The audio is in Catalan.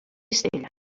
cistella